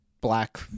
black